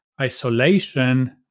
isolation